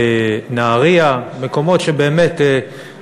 נהרייה, מקומות שיש